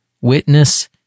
Witness